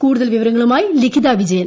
കൂടുതൽ വിവരങ്ങളുമായി ലിഖിത വിജയൻ